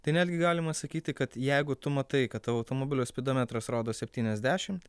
tai netgi galima sakyti kad jeigu tu matai kad tavo automobilio spidometras rodo septyniasdešimt